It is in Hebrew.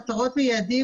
מטרות ויעדים,